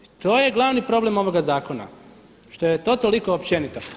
To je glavni problem ovoga zakona što je to toliko općenito.